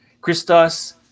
Christos